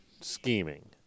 scheming